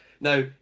Now